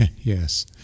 Yes